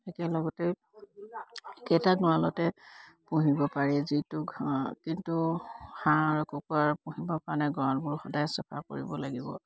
একেলগতে একেটা গঁৰালতে পুহিব পাৰি যিটো কিন্তু হাঁহ আৰু কুকুৰা পুহিবৰ কাৰণে গঁৰালবোৰ সদায় চাফা কৰিব লাগিব